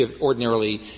ordinarily